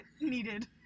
needed